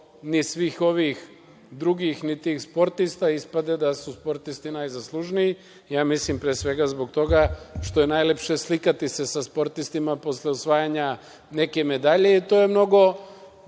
ni svih ovih drugih ni tih sportista, ispada da su sportisti najzaslužniji, ja mislim, pre svega zbog toga što je najlepše slikati sa sportistima posle osvajanja neke medalje. To je mnogo